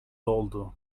doldu